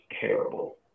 terrible